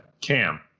Cam